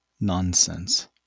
nonsense